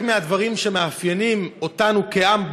חלק מהדברים שמאפיינים אותנו כעם,